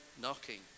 knocking